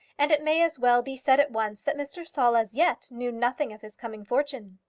and it may as well be said at once that mr. saul as yet knew nothing of his coming fortune.